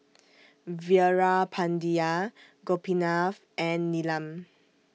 Veerapandiya Gopinath and Neelam